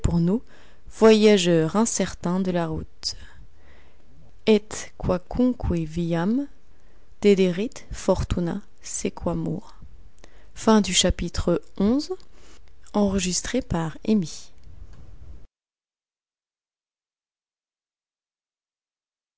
nous voyageurs incertains de la route et quacunque viam dederit fortuna sequamur